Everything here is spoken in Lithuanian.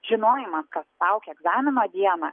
žinojimas kas laukia egzamino dieną